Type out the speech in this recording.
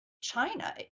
China